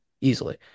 Easily